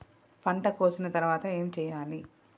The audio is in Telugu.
పంట కోసిన తర్వాత ఏం చెయ్యాలి?